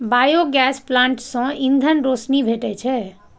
biogas plant सं ईंधन, रोशनी भेटै छै